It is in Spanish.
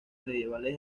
medievales